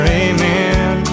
amen